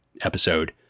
episode